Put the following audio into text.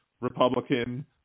Republican